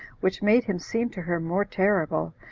which made him seem to her more terrible,